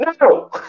no